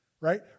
right